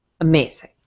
amazing